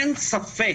אין ספק